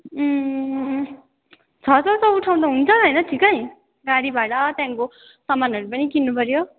छ छ सौ उठाउँदा हुन्छ होइन ठिक्कै गाडी भाडा त्यहाँदेखिको सामानहरू पनि किन्नुपऱ्यो